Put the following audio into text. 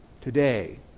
today